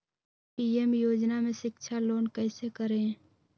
PM योजना में शिक्षा लोन कैसे करें?